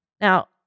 Now